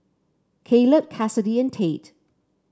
Kaleb Cassidy and Tate